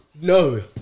No